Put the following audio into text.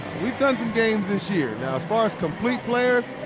we've done some games this year. now as far as complete players,